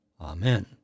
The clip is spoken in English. Amen